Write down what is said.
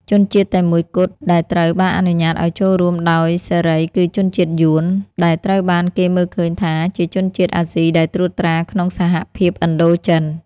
ជនជាតិតែមួយគត់ដែលត្រូវបានអនុញ្ញាតឲ្យចូលរួមដោយសេរីគឺជនជាតិយួន ដែលត្រូវបានគេមើលឃើញថាជាជនជាតិអាស៊ីដែលត្រួតត្រាក្នុងសហភាពឥណ្ឌូចិន។